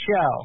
show